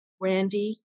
Randy